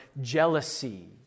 jealousy